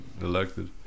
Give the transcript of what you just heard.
elected